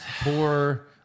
Poor